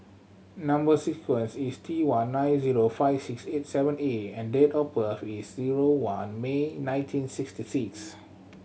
number sequence is T one nine zero five six eight seven A and date of birth is zero one May nineteen sixty six